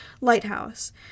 Lighthouse